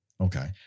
Okay